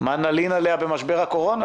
מה נלין עליה במשבר הקורונה,